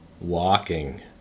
Walking